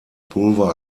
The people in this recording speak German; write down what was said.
pulver